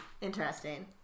Interesting